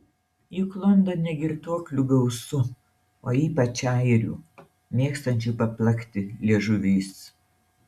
juk londone girtuoklių gausu o ypač airių mėgstančių paplakti liežuviais